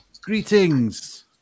greetings